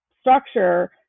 structure